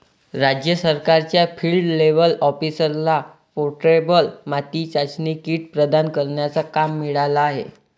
राज्य सरकारच्या field level ऑफिसरला पोर्टेबल माती चाचणी किट प्रदान करण्याचा काम मिळाला आहे